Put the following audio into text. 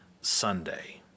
Sunday